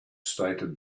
stated